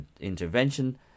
intervention